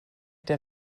der